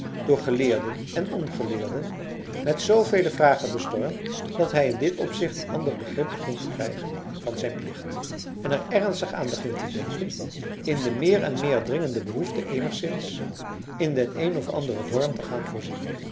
door geleerden en ongeleerden met zoovele vragen bestormd dat hij in dit opzicht een ander begrip begint te krijgen van zijn plicht en er ernstig aan begint te denken in de meer en meer dringende behoefte eenigszins in den een of anderen vorm te gaan voorzien